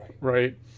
right